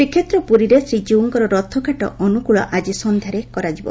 ଶ୍ରୀକ୍ଷେତ୍ର ପୁରୀରେ ଶ୍ରୀଜୀଉଙ୍କର ରଥକାଠ ଅନୁକୁଳ ଆଜି ସନ୍ଧ୍ୟାରେ ହେବ